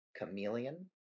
chameleon